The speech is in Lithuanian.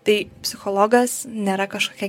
tai psichologas nėra kažkokia